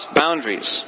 boundaries